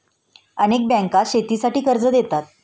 अनेक बँका शेतीसाठी कर्ज देतात